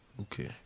okay